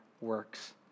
works